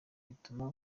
bituma